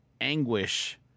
anguish